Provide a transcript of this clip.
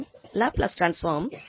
மற்றும் Laplace transform